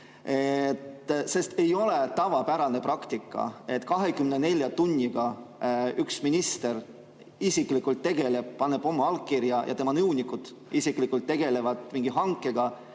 Ei ole tavapärane praktika, et 24 tunniga üks minister isiklikult tegeleb, paneb oma allkirja alla, ja tema nõunikud isiklikult tegelevad mingi hankega,